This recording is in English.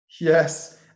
Yes